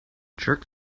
jerk